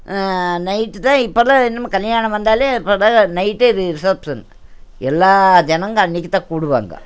night தான் இப்போல்லாம் இனிமே கல்யாணம் வந்தாலே இப்போல்லாம் நைட்டே ரி ரிசப்ஷன் எல்லா ஜனங்கள் அன்றைக்கி தான் கூடுவாங்க